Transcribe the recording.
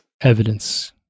evidence